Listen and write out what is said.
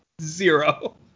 Zero